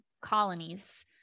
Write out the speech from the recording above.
colonies